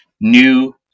new